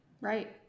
Right